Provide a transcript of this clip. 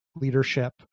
leadership